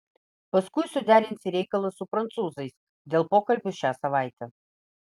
paskui suderinsi reikalus su prancūzais dėl pokalbio šią savaitę